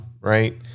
right